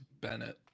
Bennett